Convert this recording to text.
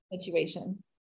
situation